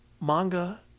manga